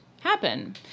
happen